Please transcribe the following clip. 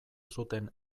zuten